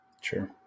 Sure